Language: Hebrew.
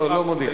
לא, לא מודיע.